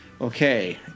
Okay